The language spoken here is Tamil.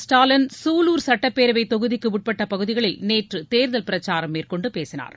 ஸ்டாலின் சூலூர் சட்டப்பேரவைத் தொகுதிக்கு உட்பட்ட பகுதிகளில் நேற்று தேர்தல் பிரச்சாரம் மேற்கொண்டு பேசினார்